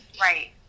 Right